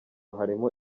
harimo